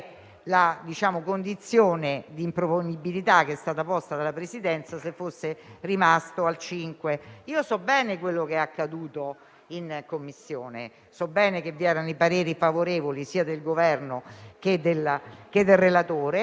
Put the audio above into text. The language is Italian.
la condizione di improponibilità che è stata posta dalla Presidenza, se fosse rimasto all'articolo 5. Io so bene quello che è accaduto in Commissione. So bene che vi erano i pareri favorevoli sia del Governo che del relatore,